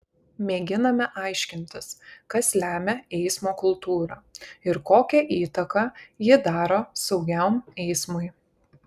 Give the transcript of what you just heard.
mėginame aiškintis kas lemia eismo kultūrą ir kokią įtaką ji daro saugiam eismui